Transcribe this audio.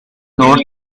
north